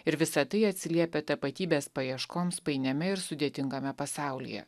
ir visa tai atsiliepia tapatybės paieškoms painiame ir sudėtingame pasaulyje